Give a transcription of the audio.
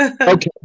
Okay